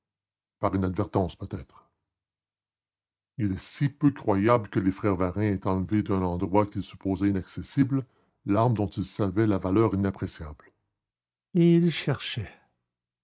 par inadvertance peut-être il est si peu croyable que les frères varin aient enlevé d'un endroit qu'ils supposaient inaccessible l'arme dont ils savaient la valeur inappréciable et il cherchait